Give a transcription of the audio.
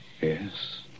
Yes